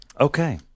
Okay